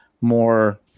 more